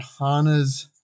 Hana's